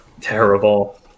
Terrible